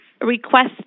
request